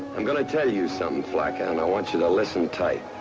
i'm going to tell you something, like and i want you to listen tight.